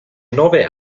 nove